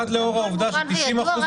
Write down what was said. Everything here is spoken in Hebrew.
הכול מובן וידוע,